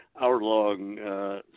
hour-long